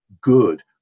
good